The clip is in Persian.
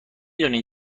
دونین